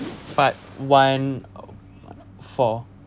part one of four